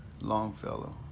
Longfellow